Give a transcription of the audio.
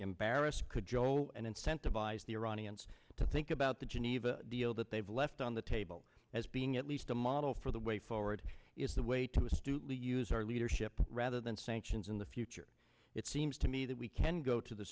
embarrass could joe and incentivize the iranians to think about the geneva deal that they've left on the table as being at least a model for the way forward is the way to astutely user leadership rather than sanctions in the future it seems to me that we can go to the